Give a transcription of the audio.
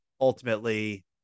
ultimately